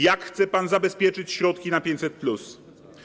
Jak chce pan zabezpieczyć środki na 500+?